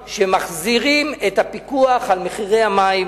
שמחזירים את הפיקוח על מחירי המים